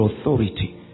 authority